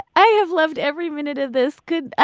i have loved every minute of this. good.